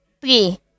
Three